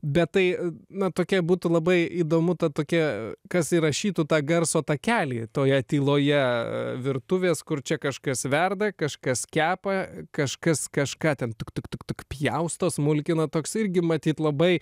bet tai na tokia būtų labai įdomu ta tokia kas įrašytų tą garso takelį toje tyloje e virtuvės kur čia kažkas verda kažkas kepa kažkas kažką ten tuk tuk tuk tuk pjausto smulkina toks irgi matyt labai